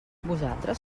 vosaltres